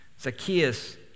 Zacchaeus